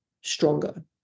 stronger